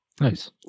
Nice